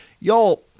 Y'all